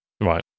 Right